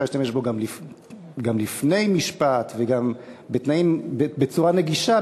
להשתמש בו גם לפני משפט וגם בצורה נגישה,